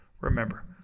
Remember